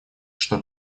что